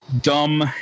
dumb